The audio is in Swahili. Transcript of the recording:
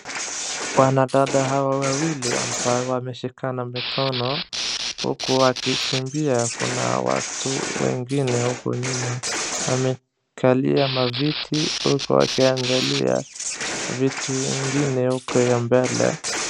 Wanadada hawa wawili ambao wameshikana mikono huku wakikimbia. Kuna watu wengine huku nyuma wamekalia maviti huku wakiangalia vitu ingine huko ya mbele.